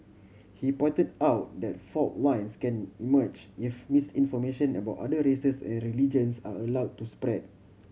he pointed out that fault lines can emerge if misinformation about other races and religions are allowed to spread